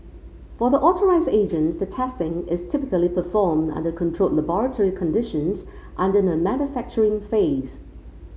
for the authorised agents the testing is typically performed under controlled laboratory conditions under the manufacturing phase